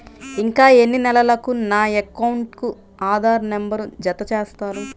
ఇంకా ఎన్ని నెలలక నా అకౌంట్కు ఆధార్ నంబర్ను జత చేస్తారు?